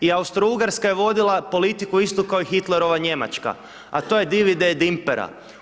I Austrougarska je vodila politiku istu kao i Hitlerova Njemačka, a to je divide et impera.